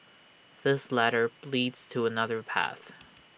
this ladder leads to another path